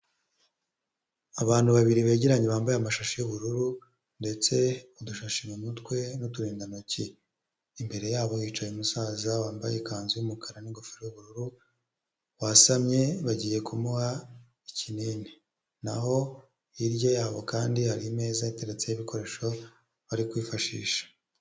Abantu babiri begeranye bambaye amashashi y'ubururu ndetse udushashi mu mutwe n'uturindantoki. Imbere yabo yicaye umusaza wambaye ikanzu y'umukara n'ingofero y'ubururu wasamye bagiye kumuha ikinini. Naho hirya yabo kandi hari imeza iteretseho ibikoresho bari kwifashisha.